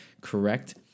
correct